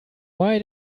why